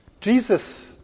Jesus